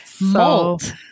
molt